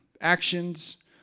actions